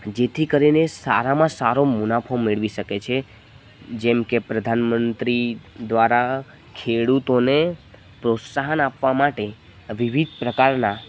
જેથી કરીને સારામાં સારો મુનાફો મેળવી શકે છે જેમકે પ્રધાનમંત્રી દ્વારા ખેડૂતોને પ્રોત્સાહન આપવા માટે વિવિધ પ્રકારના